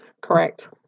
Correct